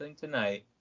tonight